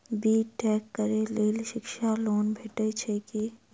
B tech करै लेल शिक्षा लोन भेटय छै की?